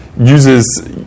uses